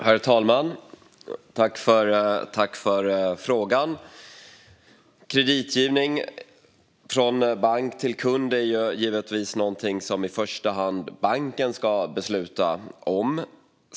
Herr talman! Jag tackar för frågan. Kreditgivning från bank till kund är givetvis någonting som i första hand banken ska besluta om.